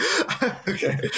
Okay